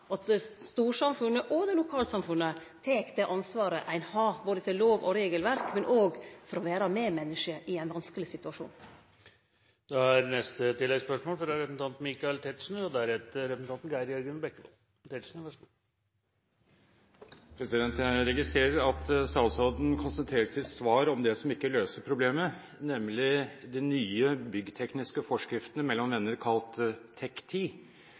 at storsamfunnet og lokalsamfunnet tek det ansvaret ein har i høve til lov- og regelverk, men òg for å vere medmenneske i ein vanskeleg situasjon. Michael Tetzschner – til oppfølgingsspørsmål. Jeg registrerer at statsråden konsentrerer sitt svar om det som ikke løser problemet, nemlig de nye byggtekniske forskriftene – mellom venner kalt